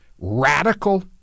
radical